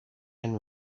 and